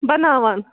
بَناوان